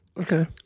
Okay